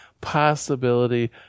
possibility